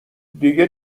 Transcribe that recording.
دیگه